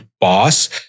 boss